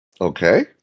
Okay